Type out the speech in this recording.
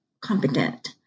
competent